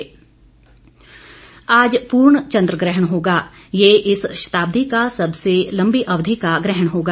चंद्र ग्रहण आज पूर्ण चन्द्रग्रहण होगा और यह इस शताब्दी का सबसे लंबी अवधि का ग्रहण होगा